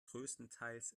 größtenteils